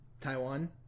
Taiwan